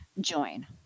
join